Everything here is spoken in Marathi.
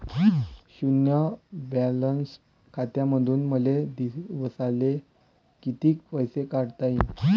शुन्य बॅलन्स खात्यामंधून मले दिवसाले कितीक पैसे काढता येईन?